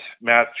Matt